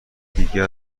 دیگه